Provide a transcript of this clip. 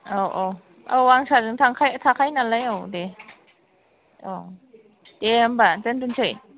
औ औ औ आं सारजोंनो थांखायो थाखायो नालाय औ दे औ दे होनबा दोनथ'सै